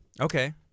Okay